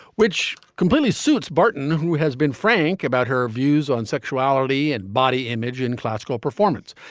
which completely suits barton, who has been frank about her views on sexuality and body image in classical performance.